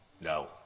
No